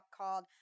called